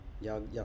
Y'all